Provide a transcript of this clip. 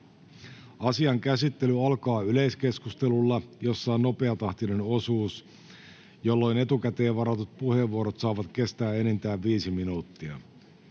Asian käsittely alkaa yleiskeskustelulla, jossa on nopeatahtinen osuus, jolloin etukäteen varatut puheenvuorot saavat kestää enintään viisi minuuttia.